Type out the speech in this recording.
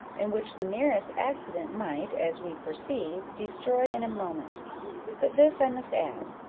and which the merest accident might, as we perceive, destroy in a moment but this i must add,